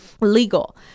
legal